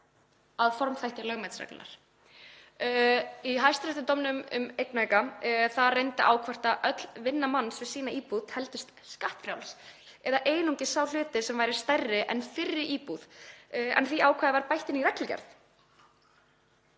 að formþætti lögmætisreglunnar. Í hæstaréttardómnum um Eignaauka reyndi á hvort öll vinna manns við íbúð hans teldist skattfrjáls eða einungis sá hluti sem væri stærri en fyrri íbúð, en því ákvæði var bætt inn í reglugerð.